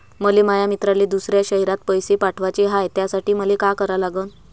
मले माया मित्राले दुसऱ्या शयरात पैसे पाठवाचे हाय, त्यासाठी मले का करा लागन?